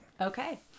Okay